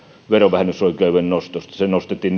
verovähennysoikeuden nostosta se nostettiin